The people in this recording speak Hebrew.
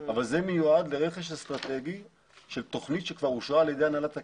אבל זה מיועד לרכש אסטרטגית של תכנית שכבר אושרה על ידי הנהלת הקרן.